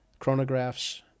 chronographs